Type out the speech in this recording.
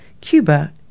Cuba